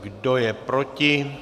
Kdo je proti?